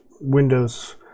Windows